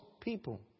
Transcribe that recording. people